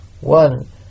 One